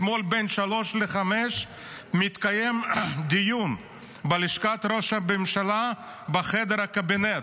אתמול בין 15:00 ל-17:00 התקיים דיון בלשכת ראש הממשלה בחדר הקבינט,